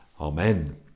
Amen